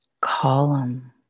column